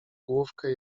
główkę